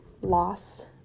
loss